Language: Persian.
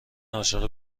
عاشق